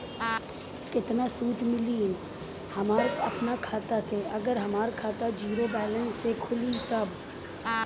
केतना सूद मिली हमरा अपना खाता से अगर हमार खाता ज़ीरो बैलेंस से खुली तब?